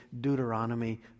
Deuteronomy